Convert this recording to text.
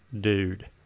dude